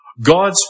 God's